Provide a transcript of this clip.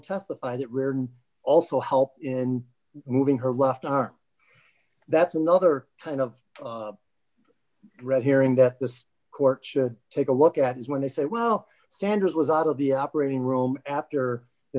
testify that rare also help in moving her left arm that's another kind of red herring that the court should take a look at is when they say well sanders was out of the operating room after the